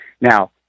Now